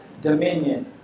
dominion